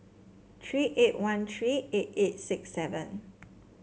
three eight one three eight eight six seven